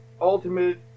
ultimate